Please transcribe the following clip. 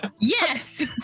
Yes